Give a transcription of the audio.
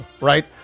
right